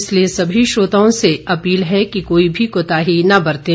इसलिए सभी श्रोताओं से अपील है कि कोई भी कोताही न बरतें